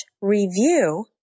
review